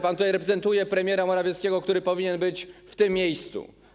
Pan reprezentuje premiera Morawieckiego, który powinien być w tym miejscu.